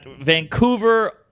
vancouver